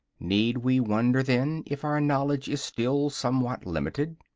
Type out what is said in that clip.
need we wonder, then, if our knowledge is still somewhat limited?